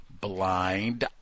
Blind